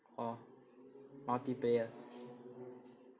orh multiplayer